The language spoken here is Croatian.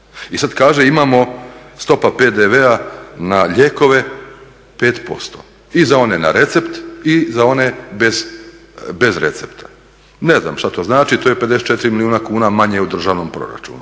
I sad kaže imamo stopa PDV-a na lijekove 5% i za one na recept i za one bez recepta. Ne znam što to znači. To je 54 milijuna kuna manje u državnom proračunu,